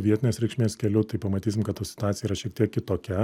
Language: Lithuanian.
vietinės reikšmės kelių tai pamatysim kad ta situacija yra šiek tiek kitokia